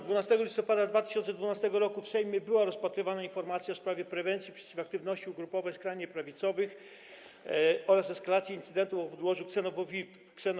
12 listopada 2012 r. w Sejmie była rozpatrywana informacja w sprawie prewencji przeciw aktywności ugrupowań skrajnie prawicowych oraz eskalacji incydentów o podłożu ksenofobicznym.